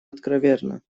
откровенно